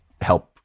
help